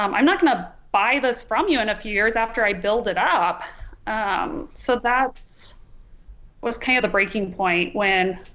um i'm not gonna buy this from you in a few years after i build it up um so that was kind of a breaking point when